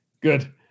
Good